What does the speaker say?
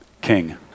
king